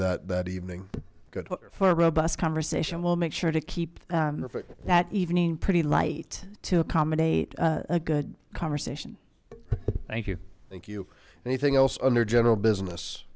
that that evening good for a robust conversation we'll make sure to keep that evening pretty light to accommodate a good conversation thank you thank you anything else under general business